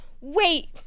wait